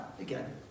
again